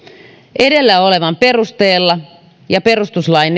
edellä olevan perusteella ja perustuslain